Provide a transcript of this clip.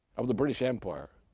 of the british empire,